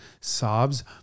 Sobs